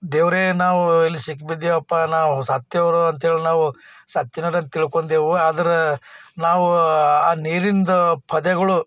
ದೇವ್ರೇ ನಾವು ಇಲ್ಲಿ ಸಿಕ್ಕಿ ಬಿದ್ದೇವಪ್ಪ ನಾವು ಸತ್ತೇವ್ರೋ ಅಂಥೇಳಿ ನಾವು ಸತ್ತಿದೆವಂತ ತಿಳ್ಕೊಂಡೆವು ಆದ್ರೆ ನಾವು ಆ ನೀರಿಂದು ಪೊದೆಗಳು